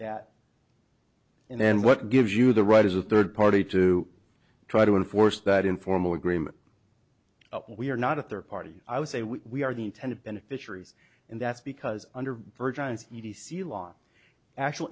that in the end what gives you the right as a third party to try to enforce that informal agreement but we are not a third party i would say we are the intended beneficiaries and that's because